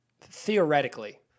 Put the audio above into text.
theoretically